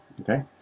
okay